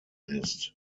ist